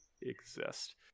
exist